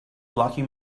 blocking